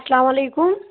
اَسلام علیکُم